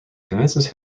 convinces